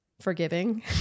forgiving